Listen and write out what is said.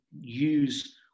use